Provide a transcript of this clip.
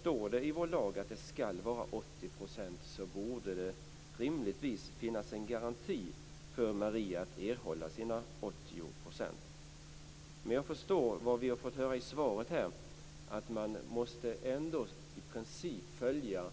Står det i vår lag att det skall vara 80 % så borde det rimligtvis finnas en garanti för att Maria skall kunna erhålla sina 80 %. Jag förstår - vi har fått höra det i svaret - att vi ändå i princip måste följa